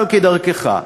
אבל, כדרכך,